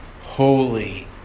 holy